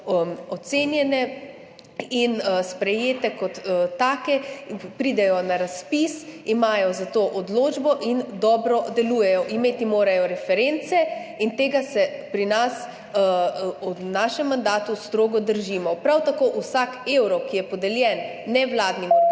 ocenjene in sprejete kot take. In ko pridejo na razpis, imajo za to odločbo in dobro delujejo. Imeti morajo reference in tega se pri nas v našem mandatu strogo držimo. Prav tako vsak evro, ki je podeljen nevladnim organizacijam,